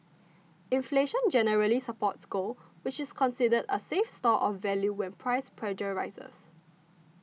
inflation generally supports gold which is considered a safe store of value when price pressures rise